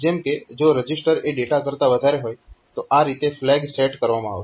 જેમ કે જો રજીસ્ટર એ ડેટા કરતા વધારે હોય તો આ રીતે ફ્લેગ સેટ કરવામાં આવશે